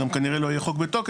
גם כנראה לא יהיה חוק בתוקף.